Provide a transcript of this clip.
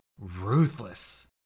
Ruthless